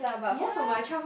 ye